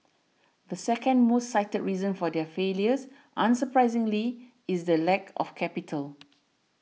the second most cited reason for their failures unsurprisingly is the lack of capital